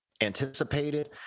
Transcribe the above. anticipated